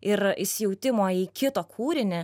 ir įsijautimo į kito kūrinį